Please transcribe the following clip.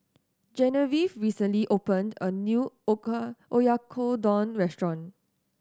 Genevieve recently opened a new Oyakodon Restaurant